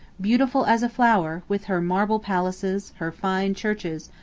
beautiful as a flower, with her marble palaces, her fine churches,